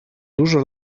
dużo